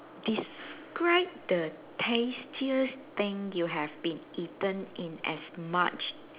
describe the tastiest thing you have been eaten in as much